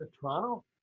Toronto